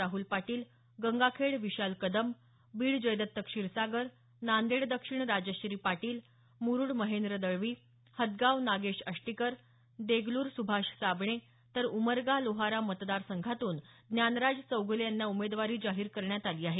राहूल पाटील गंगाखेड विशाल कदम बीड जयदत्त क्षीरसागर नांदेड दक्षिण राजश्री पाटील मुरूड महेंद्र दळवी हदगाव नागेश अष्टीकर देगलूर सुभाष साबणे तर उमरगा लोहरा मतदारसंघातून ज्ञानराज चौग्ले यांना उमेदवारी जाहीर करण्यात आली आहे